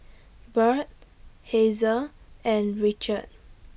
Bert Hazel and Richard